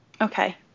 okay